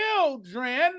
children